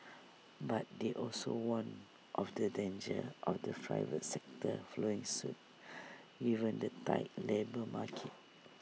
but they also warned of the danger of the private sector following suit given the tight labour market